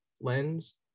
lens